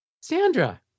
Sandra